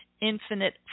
infinite